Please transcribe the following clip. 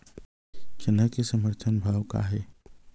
चना के समर्थन भाव का हे?